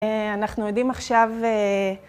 אנחנו יודעים עכשיו...